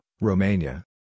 Romania